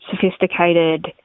sophisticated